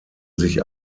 sich